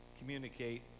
communicate